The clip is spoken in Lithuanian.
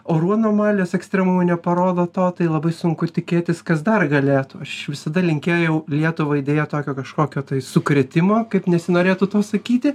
orų anomalijos ekstremumai neparodo to tai labai sunku tikėtis kas dar galėtų aš visada linkėjau lietuvai deja tokio kažkokio sukrėtimo kaip nesinorėtų to sakyti